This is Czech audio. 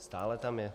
Stále tam je.